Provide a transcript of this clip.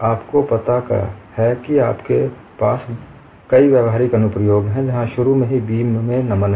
आपको पता है आपके पास बहुत कई व्यावहारिक अनुप्रयोग है जहां शुरू में ही बीम में नमन है